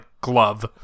glove